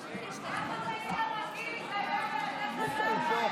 אתה תראה שיהיו לך שותפים רבים להחלטה הזו.